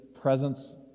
presence